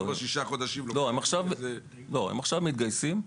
הם עכשיו מתגייסים.